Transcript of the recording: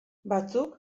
batzuk